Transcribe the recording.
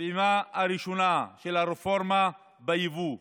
הפעימה הראשונה של הרפורמה ביבוא.